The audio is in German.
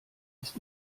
ist